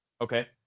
Okay